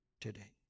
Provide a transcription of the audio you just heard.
today